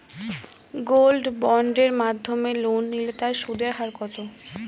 Gold বন্ডের মাধ্যমে loan নিলে তার সুদের হার কত?